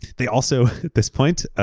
they also, at this point,